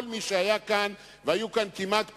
כל מי שהיה כאן, והיו כאן כמעט כולם,